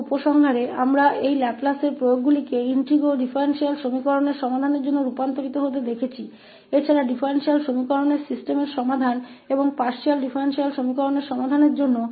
और केवल निष्कर्ष निकालने के लिए इसलिए हमने इस लाप्लास के अनुप्रयोगों को इंटेग्रो डिफरेंशियल एक्वेशन के समाधान के लिए डिफरेंशियल एक्वेशन्स की प्रणाली के समाधान और पार्शियल डिफरेंशियल एक्वेशन्स के समाधान के लिए भी देखा है